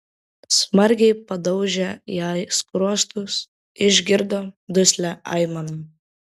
smarkiai padaužė jai skruostus išgirdo duslią aimaną